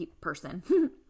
person